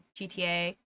gta